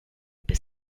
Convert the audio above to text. bis